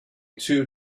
two